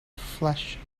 flesh